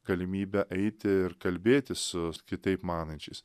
galimybę eiti ir kalbėtis su kitaip manančiais